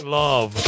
love